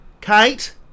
Kate